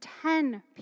ten